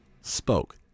spoke